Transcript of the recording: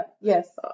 Yes